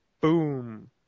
boom